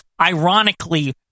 ironically